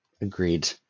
Agreed